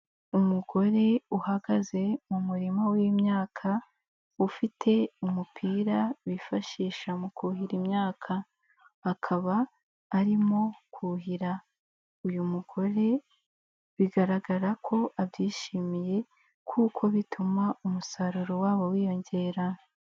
Umugore uhagaze mu murima w'imyaka ufite umupira bifashisha mu kuhira imyaka, akaba arimo kuhira, uyu mugore bigaragara ko abyishimiye kuko bituma umusaruro wabo wiyongera.